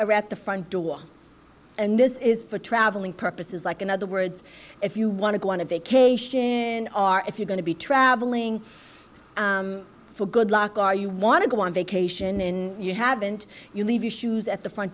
are at the front door and this is for traveling purposes like in other words if you want to go on a vacation if you're going to be traveling for good luck are you want to go on vacation in you haven't you leave your shoes at the front